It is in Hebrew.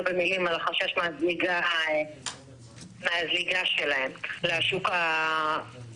במילים על החשש מהזליגה שלהם לשוק הישראלי.